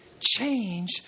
change